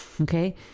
Okay